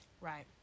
Right